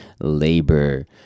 labor